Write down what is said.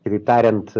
kitaip tariant